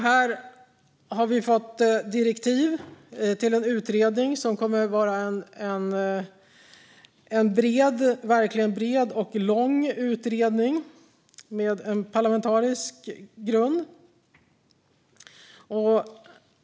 Här har vi fått direktiv till en utredning som kommer att vara en bred och lång utredning med en parlamentarisk grund.